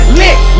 lick